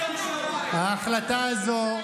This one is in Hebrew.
ההחלטה הזו,